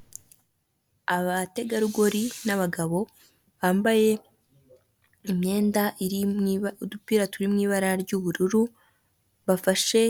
Uyu ni umugore ubona usa nkukuze umurebye neza ku maso he harakeye cyane, yambaye amadarubindi ndetse n'ikote ry'umukara n'ishati y'ubururu umusatsi